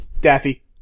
Daffy